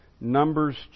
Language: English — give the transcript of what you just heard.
Numbers